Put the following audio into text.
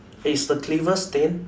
is the cleaver stained